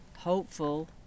hopeful